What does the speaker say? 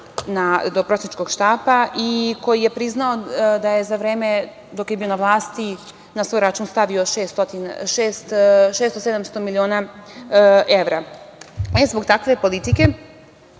do prosjačkog štapa i koji je priznao da je za vreme, dok je bio na vlasti, na svoj račun stavio 600, 700 miliona evra. Zbog takve politike,